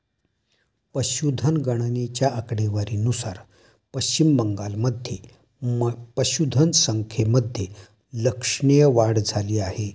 पशुधन गणनेच्या आकडेवारीनुसार पश्चिम बंगालमध्ये पशुधन संख्येमध्ये लक्षणीय वाढ झाली आहे